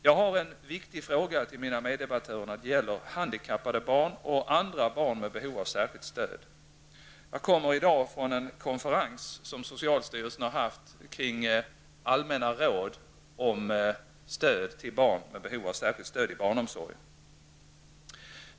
Jag har en viktig fråga till mina meddebattörer när det gäller handikappade barn och andra barn med behov av särskilt stöd. Jag kommer i dag från en konferens som socialstyrelsen haft kring allmänna råd om stöd till barn med behov av särskilt stöd i barnomsorgen.